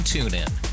TuneIn